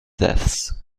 deaths